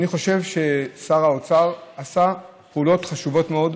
אני חושב ששר האוצר עשה פעולות חשובות מאוד,